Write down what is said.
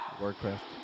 Warcraft